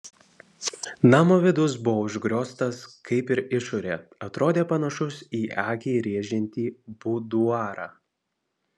namo vidus buvo užgrioztas kaip ir išorė atrodė panašus į akį rėžiantį buduarą